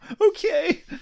okay